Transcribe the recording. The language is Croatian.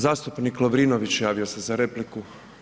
Zastupnik Lovrinović javio se za repliku.